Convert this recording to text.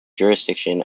jurisdiction